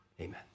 Amen